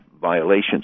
violations